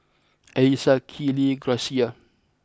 Elissa Keely Gracia